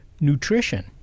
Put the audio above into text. nutrition